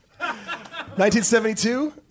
1972